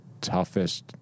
toughest